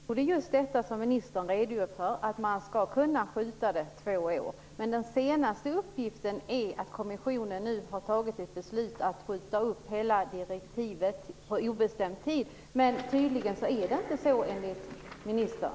Fru talman! I det ursprungliga direktivet står just det ministern redogör för, att man skall kunna skjuta upp det med två år. Men den senaste uppgiften är att kommissionen nu har fattat ett beslut om att skjuta upp hela direktivet på obestämd tid. Tydligen är det inte så, enligt ministern.